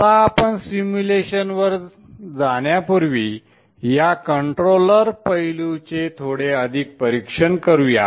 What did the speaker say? आता आपण सिम्युलेशन वर जाण्यापूर्वी या कंट्रोलर पैलूचे थोडे अधिक परीक्षण करूया